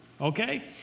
Okay